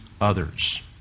others